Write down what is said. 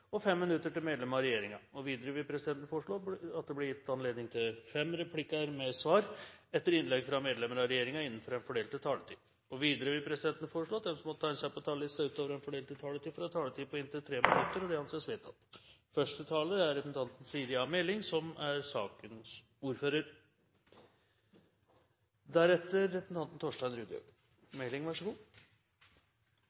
inntil fem replikker med svar etter innlegg fra medlemmer av regjeringen innenfor den fordelte taletid. Videre vil presidenten foreslå at de som måtte tegne seg på talerlisten utover den fordelte taletid, får en taletid på inntil 3 minutter. – Det anses vedtatt. Første taler er Irene Johansen – for sakens ordfører.